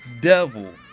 devil